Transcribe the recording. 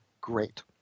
great